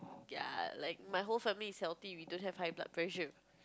ya like my whole family is healthy